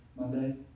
Monday